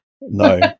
no